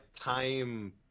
time